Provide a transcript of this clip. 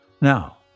Now